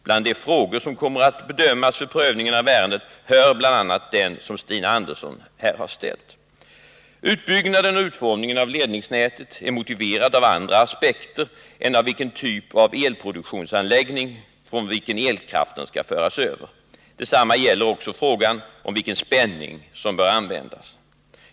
Till de frågor som kommer att bedömas vid prövning av ärendet hör bl.a. den som Stina Andersson här har ställt. Utbyggnaden och utformningen av ledningsnätet är motiverade av andra aspekter än av vilken typ av elproduktionsanläggning som elkraften skall föras över från. Detsamma gäller också frågan om vilken spänning som bör användas.